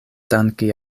danki